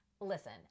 Listen